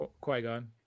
Qui-Gon